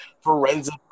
Forensic